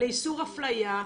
לאיסור אפליה.